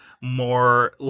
more